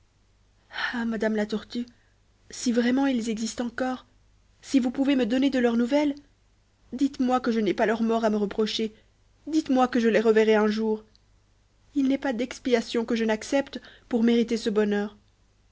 ah madame la tortue si vraiment ils existent encore si vous pouvez me donner de leurs nouvelles dites-moi que je n'ai pas leur mort à me reprocher dites-moi que je les reverrai un jour il n'est pas d'expiation que je n'accepte pour mériter ce bonheur